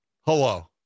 Hello